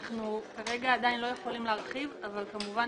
אנחנו כרגע עדיין לא יכולים להרחיב אבל כמובן